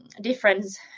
difference